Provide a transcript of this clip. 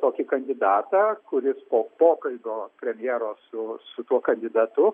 tokį kandidatą kuris po pokalbio premjero su tuo kandidatu